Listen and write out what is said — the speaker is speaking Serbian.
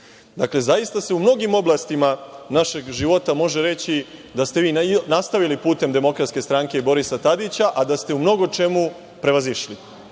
države. Zaista se u mnogim oblastima našeg života može reći da ste vi nastavili putem DS i Borisa Tadića, a da ste u mnogo čemu prevazišli.